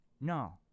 no